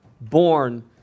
Born